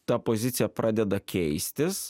ta pozicija pradeda keistis